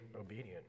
obedient